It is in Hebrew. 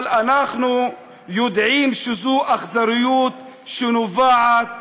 אבל אנחנו יודעים שזו אכזריות שנובעת מחולשה.